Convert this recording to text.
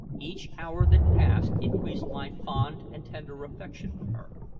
each hour that passed increased my fond and tender affection for her.